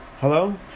Hello